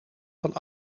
van